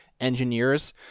engineers